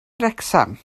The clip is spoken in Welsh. wrecsam